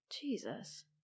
Jesus